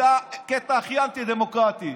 זה קטע הכי אנטי-דמוקרטי: